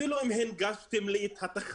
אפילו אם הנגשתם לי את התחנה,